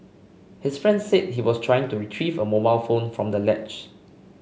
his friend said he was trying to retrieve a mobile phone from the ledge